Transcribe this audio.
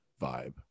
vibe